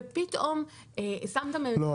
ופתאום --- לא,